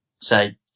say